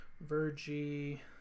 virgie